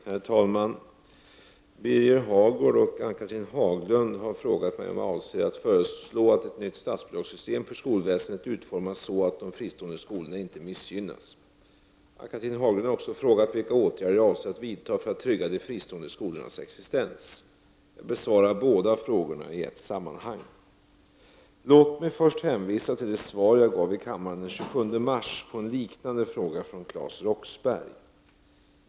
Herr talman! Birger Hagård och Ann-Cathrine Haglund har frågat mig om jag avser att föreslå att ett nytt statsbidragssystemet för skolväsendet utformas så, att de fristående skolorna inte missgynnas. Ann-Cathrine Haglund har också frågat mig vilka åtgärder jag avser att vidta för att trygga de fristående skolornas existens. Jag besvarar båda frågorna i ett sammanhang. Låt mig först hänvisa till det svar som jag gav i kammaren den 27 mars på en liknande fråga från Claes Roxbergh.